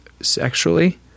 sexually